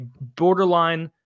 borderline